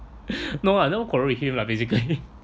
no lah don't quarrel with him lah basically